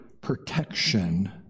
protection